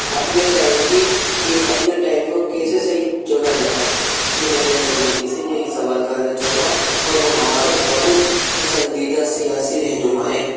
اپنے ٹائم کی اپنے ٹائم کو کیسے صحیح جگہ لگائیں میں نریندر مودی سے یہی سوال کرنا چاہوں گا اور وہ ہمارے بہت پسندیدہ سیاسی رہنما ہیں